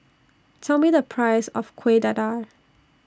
Tell Me The Price of Kueh Dadar